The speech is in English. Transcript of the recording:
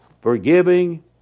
Forgiving